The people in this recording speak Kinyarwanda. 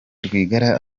rwigara